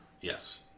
Yes